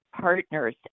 partners